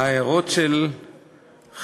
ההערות של חברי